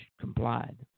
complied